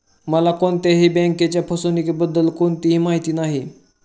मला कोणत्याही बँकेच्या फसवणुकीबद्दल कोणतीही माहिती नाही